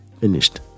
finished